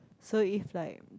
so if like